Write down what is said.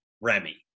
Remy